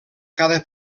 cada